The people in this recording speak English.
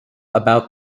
about